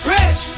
Rich